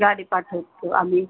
गाडी पाठवतो आम्ही